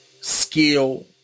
skill